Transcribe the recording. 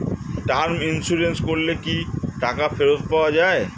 Term insurance করলে কি টাকা ফেরত পাওয়া যায়?